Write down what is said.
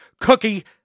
cookie